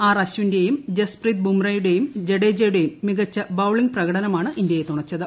R അശ്ചിന്റെയും ജസ്പ്രീത് ബുംറ യുടെയും ജഡേജയുടെയും മികച്ച ബൌളിങ് പ്രകടനമാണ് ഇന്ത്യയെ തുണച്ചത്